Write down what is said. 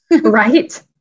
Right